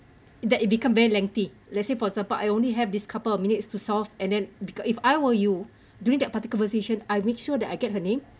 that it become very lengthy let's say for example I only have this couple of minutes to solve and then because if I were you during that particular conversation I make sure that I get her name